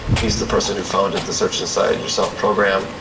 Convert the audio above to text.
he's the person who founded the search inside yourself program,